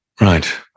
Right